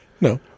No